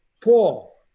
Paul